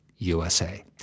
USA